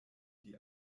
die